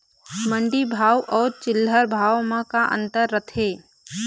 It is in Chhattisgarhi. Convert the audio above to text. मंडी भाव अउ चिल्हर भाव म का अंतर रथे?